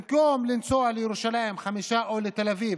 במקום לנסוע לירושלים או לתל אביב,